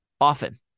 often